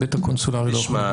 א',